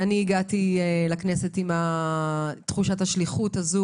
אני הגעתי לכנסת עם תחושת השליחות הזו